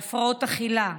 להפרעות אכילה,